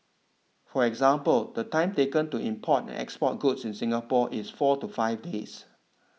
for example the time taken to import and export goods in Singapore is four to five days